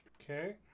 okay